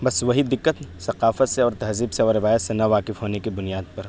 بس وہی دقت ثقافت سے اور تہذیب سے اور روایت سے نا واقف ہونے کی بنیاد پر